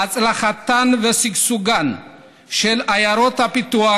הצלחתן ושגשוגן של עיירות הפיתוח,